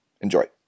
Enjoy